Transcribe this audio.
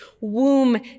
womb